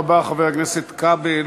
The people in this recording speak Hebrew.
תודה רבה, חבר הכנסת כבל.